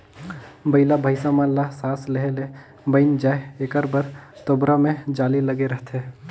बइला भइसा मन ल सास लेहे ले बइन जाय एकर बर तोबरा मे जाली लगे रहथे